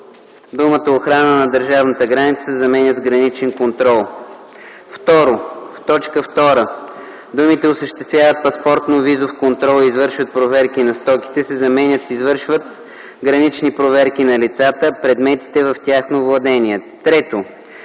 думите „охрана на държавната граница” се заменят с „граничен контрол”. 2. В т. 2 думите „осъществяват паспортно-визов контрол и извършват проверки на стоките” се заменят с „извършват гранични проверки на лицата, предметите в тяхно владение”. 3.